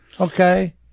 okay